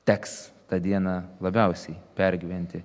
teks tą dieną labiausiai pergyventi